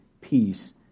peace